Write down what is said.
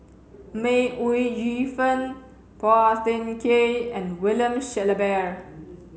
May Ooi Yu Fen Phua Thin Kiay and William Shellabear